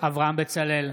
אברהם בצלאל,